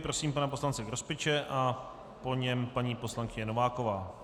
Prosím pana poslance Grospiče a po něm paní poslankyně Nováková.